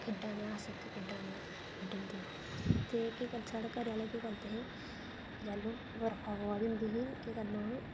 अस खेढा ने आं अस इत्थै खेढा ने आं असेंगी खेढन देओ ते साढ़े घरै आह्ले केह् करदे हे जैलूं बर्खा पवा दी होंदी ही केह् करना उ'नें